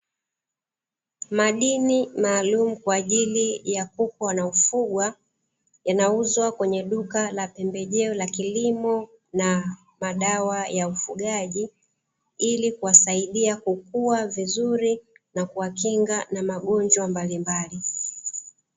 Madini maalumu kwa ajili ya kuku wanaofugwa, yanauzwa kwenye duka la pembejeo la kilimo na madawa ya ufugaji, ili kuwasaidia kukua vizuri na kuwakinga na magonjwa mbalimbali.